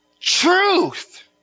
truth